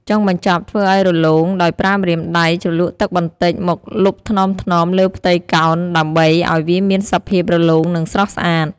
ចុងបញ្ជប់ធ្វើឱ្យរលោងដោយប្រើម្រាមដៃជ្រលក់ទឹកបន្តិចមកលុបថ្នមៗលើផ្ទៃកោណដើម្បីឱ្យវាមានសភាពរលោងនិងស្រស់ស្អាត។